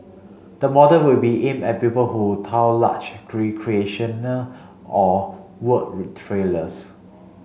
the model will be aimed at people who tow large recreational or work trailers